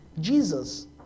Jesus